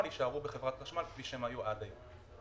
יישארו בחברת החשמל כפי שהם היו עד היום.